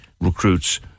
recruits